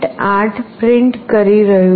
8 print કરી રહ્યું છે